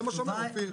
זה מה שאומר אופיר.